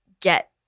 get